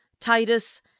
Titus